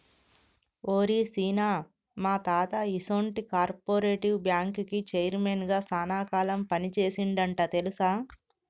ఓరి సీన, మా తాత ఈసొంటి కార్పెరేటివ్ బ్యాంకుకి చైర్మన్ గా సాన కాలం పని సేసిండంట తెలుసా